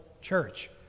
church